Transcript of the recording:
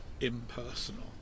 impersonal